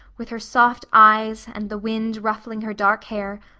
with her soft eyes, and the wind ruffling her dark hair,